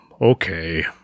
okay